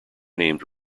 named